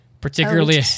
particularly